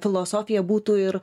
filosofija būtų ir